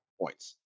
points